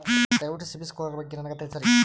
ದಯವಿಟ್ಟು CIBIL score ಬಗ್ಗೆ ನನಗ ತಿಳಸರಿ?